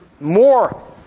more